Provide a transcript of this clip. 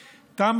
כלום.